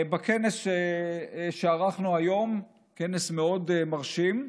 בכנס שערכנו היום, כנס מאוד מרשים,